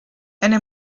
eine